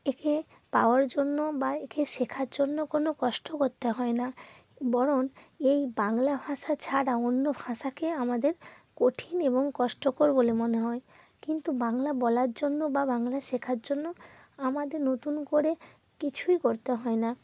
একে পাওয়ার জন্য বা একে শেখার জন্য কোনো কষ্ট করতে হয় না বরং এই বাংলা ভাষা ছাড়া অন্য ভাষাকে আমাদের কঠিন এবং কষ্টকর বলে মনে হয় কিন্তু বাংলা বলার জন্য বা বাংলা শেখার জন্য আমাদের নতুন করে কিছুই করতে হয় না